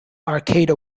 arcade